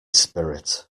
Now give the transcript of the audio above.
spirit